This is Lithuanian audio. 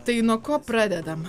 tai nuo ko pradedam